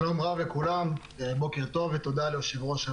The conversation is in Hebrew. שלום לכולם, בוקר טוב ותודה עבור הדיון.